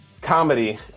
comedy